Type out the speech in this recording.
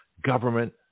Government-